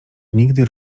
nigdy